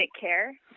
care